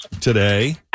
today